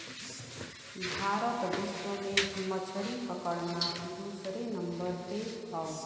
भारत विश्व में मछरी पकड़ना दूसरे नंबर पे हौ